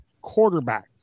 quarterback